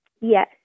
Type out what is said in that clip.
Yes